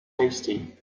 tasty